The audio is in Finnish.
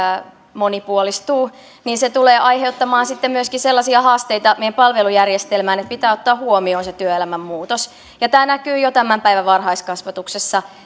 monipuolistuu se tulee aiheuttamaan sitten myöskin sellaisia haasteita meidän palvelujärjestelmään että pitää ottaa huomioon se työelämän muutos tämä näkyy jo tämän päivän varhaiskasvatuksessa